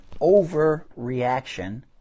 overreaction